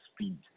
speed